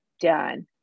done